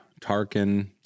Tarkin